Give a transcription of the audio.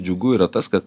džiugu yra tas kad